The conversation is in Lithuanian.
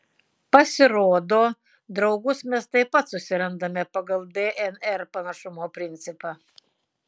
pasirodo draugus mes taip pat susirandame pagal dnr panašumo principą